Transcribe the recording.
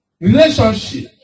relationship